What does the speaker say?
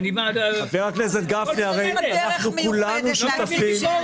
הנושא האחרון הוא קידום חוק בטיחות לאומי שנדרש לאגד את שפע